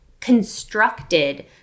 constructed